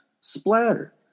splatter